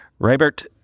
Raybert